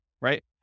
right